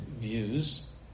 views